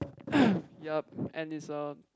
yup and it's a